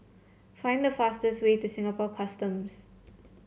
find the fastest way to Singapore Customs